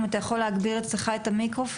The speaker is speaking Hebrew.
אם אתה יכול להגביר אצלך את המיקרופון?